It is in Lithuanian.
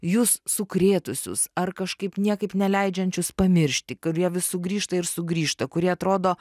jūs sukrėtusius ar kažkaip niekaip neleidžiančius pamiršti kurie vis sugrįžta ir sugrįžta kurie atrodo